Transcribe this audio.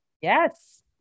Yes